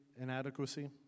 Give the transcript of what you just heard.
inadequacy